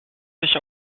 sich